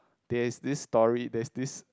there is this story there is this